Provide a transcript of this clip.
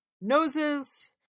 noses